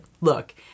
Look